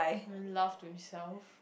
laugh to himself